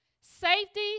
safety